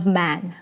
man